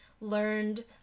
learned